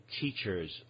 teachers